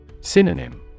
Synonym